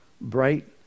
bright